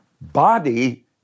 Body